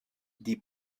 die